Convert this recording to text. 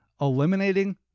eliminating